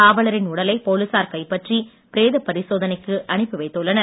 காவலரின் உடலை போலீசார் கைப்பற்றி பிரேத பரிசோதனைக்கு அனுப்பி வைத்துள்ளனர்